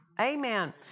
Amen